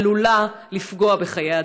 עלולה לפגוע בחיי אדם.